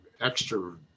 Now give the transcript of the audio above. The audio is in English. extra